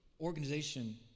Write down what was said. organization